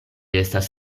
estas